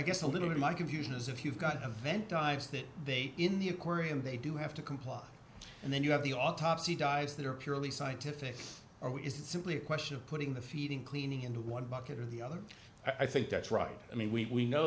guess a little of my confusion is if you've got a vent dives that they in the aquarium they do have to comply and then you have the autopsy dives that are purely scientific or is it simply a question of putting the feeding cleaning into one bucket or the other i think that's right i mean we know